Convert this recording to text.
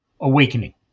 awakening